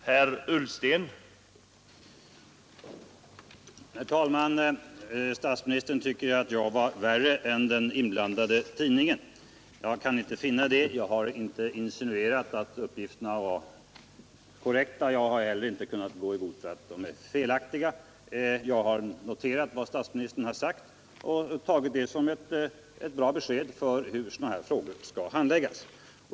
Herr talman! Statsministern tycker att jag var värre än den inblandade tidningen. Jag kan inte finna det. Jag har inte insinuerat att uppgifterna tags konkurrens på utlandsmarknaden var korrekta. Jag har heller inte kunnat gå i god för att de är felaktiga. Jag har noterat vad statsministern här sagt och tagit det som ett bra besked om hur sådana här frågor skall handläggas.